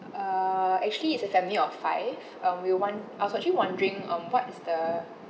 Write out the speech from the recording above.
uh actually it's a family of five um we want I was wondering um what is the